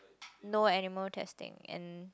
no animal testing and